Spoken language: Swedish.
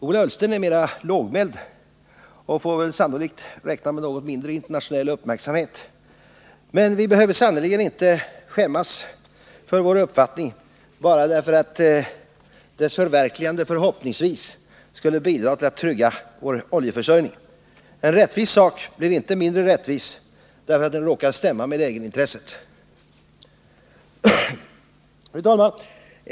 Ola Ullsten är mer lågmäld och får väl sannolikt räkna med något mindre internationell uppmärksamhet. Men vi behöver sannerligen inte skämmas för vår uppfattning bara därför att dess förverkligande förhoppningsvis skulle bidra tillatt trygga vår oljeförsörjning. En rättvis sak blir inte mindre rättvis, därför att den råkar stämma med egenintresset. Fru talman!